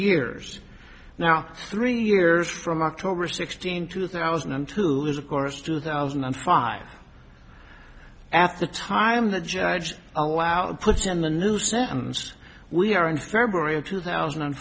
years now three years from october sixteenth two thousand and two is of course two thousand and five at the time the judge allowed puts in the new sentence we are in february of two thousand and